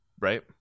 right